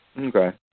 Okay